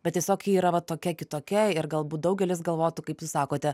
bet tiesiog ji yra vat tokia kitokia ir galbūt daugelis galvotų kaip jūs sakote